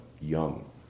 young